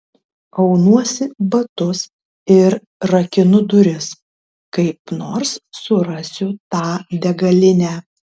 aunuosi batus ir rakinu duris kaip nors surasiu tą degalinę